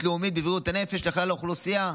לאומית בבריאות הנפש לכלל האוכלוסייה,